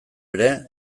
ere